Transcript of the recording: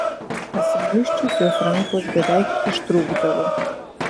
pasimuisčius jos rankos beveik ištrūkdavo